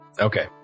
Okay